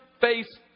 face